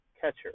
catcher